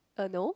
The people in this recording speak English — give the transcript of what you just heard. uh no